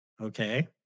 Okay